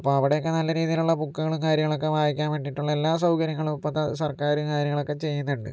അപ്പോൾ അവിടെയൊക്കെ നല്ല രീതിയിലുള്ള ബുക്കുകളും കാര്യങ്ങളൊക്കെ വായിക്കാൻ വേണ്ടിയിട്ടുള്ള എല്ലാ സൗകര്യങ്ങളും ഇപ്പത്തെ സർക്കാരും കാര്യങ്ങളൊക്കെ ചെയ്യുന്നുണ്ട്